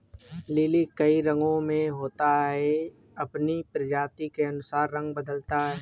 lily कई रंगो में होता है, यह अपनी प्रजाति के अनुसार रंग बदलता है